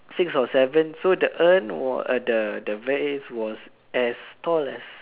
six or seven so the urn was uh the the vase was as tall as